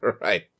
Right